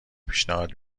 پیشنهاد